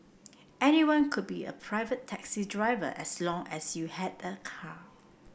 anyone could be a pirate taxi driver as long as you had a car